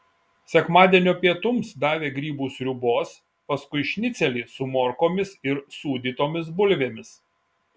sekmadienio pietums davė grybų sriubos paskui šnicelį su morkomis ir sūdytomis bulvėmis